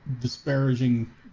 disparaging